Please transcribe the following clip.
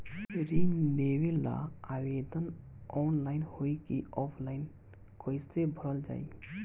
ऋण लेवेला आवेदन ऑनलाइन होई की ऑफलाइन कइसे भरल जाई?